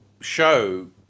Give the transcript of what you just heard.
show